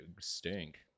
stink